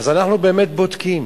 אנחנו באמת בודקים,